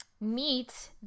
meet